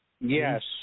Yes